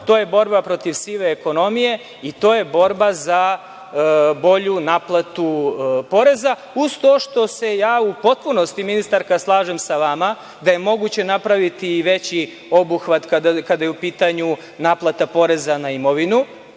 to je borba protiv sive ekonomije i to je borba za bolju naplatu poreza, uz to što se u potpunosti, ministarka, slažem sa vama da je moguće napraviti i veći obuhvat kada je u pitanju naplata poreza na imovinu.